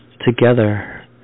together